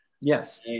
Yes